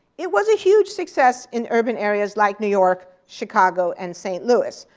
it was a huge success in urban areas like new york, chicago, and st. louis.